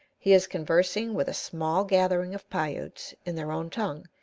he is conversing with a small gathering of piutes in their own tongue,